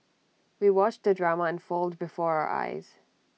we watched the drama unfold before our eyes